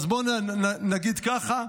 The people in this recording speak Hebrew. אז בואו נגיד ככה,